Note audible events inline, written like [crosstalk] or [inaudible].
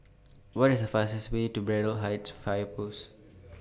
What IS The fastest Way to Braddell Height Fire Post [noise]